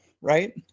right